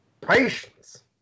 Patience